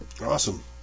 Awesome